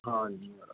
ਹਾਂਜੀ ਹਾਂ